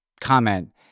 comment